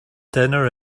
dinner